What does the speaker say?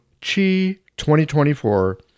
CHI2024